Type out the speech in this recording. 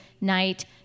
night